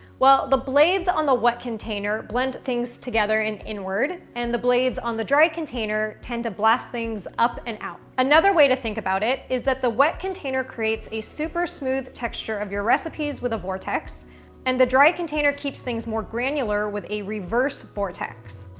well, the blades on the wet container blend things together and inward and the blades on the dry container tend to blast things up and out. another way to think about it is that the wet container creates a super smooth texture of your recipes with a vortex and the dry container keeps things more granular with a reverse vortex.